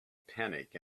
panic